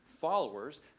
followers